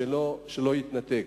שלא יתנתק.